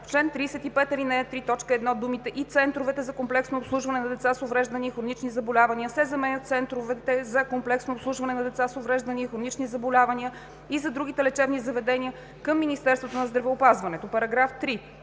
чл. 35, ал. 3, т. 1 думите „и центровете за комплексно обслужване на деца с увреждания и хронични заболявания“ се заменят с „центровете за комплексно обслужване на деца с увреждания и хронични заболявания и за другите лечебни заведения към Министерството на здравеопазването“. § 3.